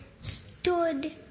stood